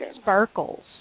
sparkles